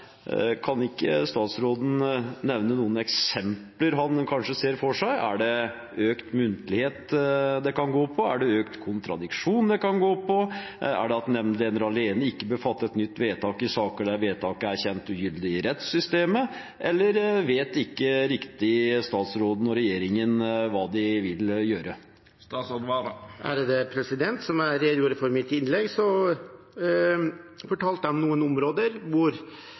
kan ikke statsråden nevne noen eksempler på hva han kanskje ser for seg? Er det økt muntlighet? Er det økt kontradiksjon? Er det at nemndlederen alene ikke bør fatte et nytt vedtak i saker der vedtaket er kjent ugyldig i rettssystemet? Eller vet ikke statsråden og regjeringen riktig hva de vil gjøre? I mitt innlegg fortalte jeg om noen områder